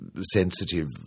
sensitive